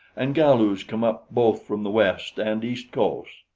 and galus come up both from the west and east coasts.